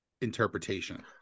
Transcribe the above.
interpretation